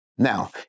Now